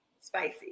spicy